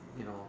you know